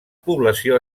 població